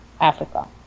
Africa